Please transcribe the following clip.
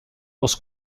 was